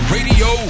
Radio